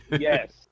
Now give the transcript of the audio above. Yes